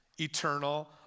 eternal